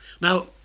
Now